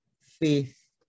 faith